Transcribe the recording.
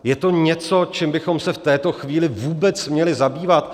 Je to něco, čím bychom se v této chvíli vůbec měli zabývat?